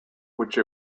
which